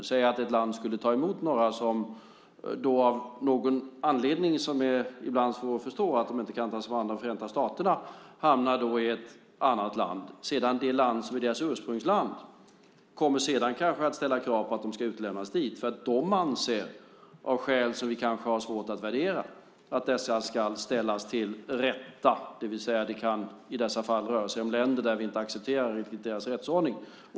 Låt oss säga att ett land skulle ta emot några som av någon anledning, som ibland är svår att förstå, inte kan tas om hand av Förenta staterna. Det land som är deras ursprungsland kommer sedan kanske att ställa krav på att de ska utlämnas dit för att de anser, av skäl som vi kanske har svårt att värdera, att dessa ska ställas inför rätta. Det kan i dessa fall röra sig om länder vars rättsordning vi inte riktigt accepterar.